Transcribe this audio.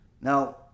Now